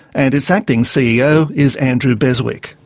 and its acting ceo is andrew beswick.